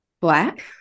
Black